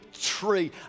tree